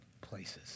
places